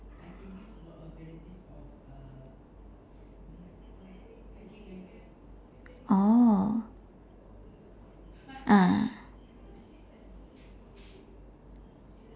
oh ah